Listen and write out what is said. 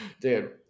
dude